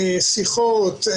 שיחות,